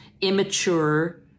immature